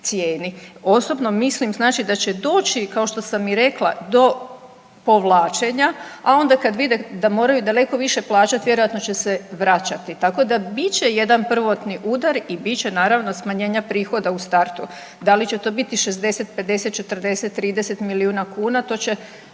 cijeni. Osobno mislim, znači da će doći kao što sam i rekla do povlačenja, a onda kad vide da moraju daleko više plaćati vjerojatno će se vraćati. Tako da bit će jedan prvotni udar i bit će naravno smanjenja prihoda u startu. Da li će to biti 60, 50, 40, 30 milijuna kuna to će